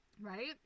Right